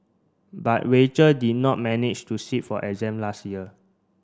but Rachel did not manage to sit for exam last year